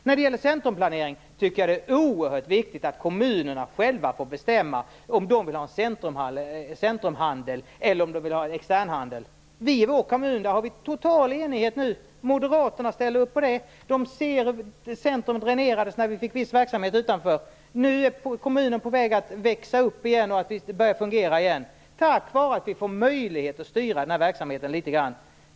När det gäller centrumplanering tycker jag att det är oerhört viktigt att kommunerna själva får bestämma om de vill ha en centrumhandel eller en externhandel. I vår kommun har vi total enighet nu. Moderaterna ställer upp. Centrum dränerades när vi fick viss verksamhet utanför, och nu är kommunen på väg att växa upp och börja fungera igen tack vare att vi får möjlighet att styra denna verksamhet litet grand.